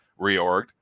reorged